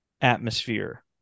atmosphere